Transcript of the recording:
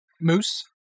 Moose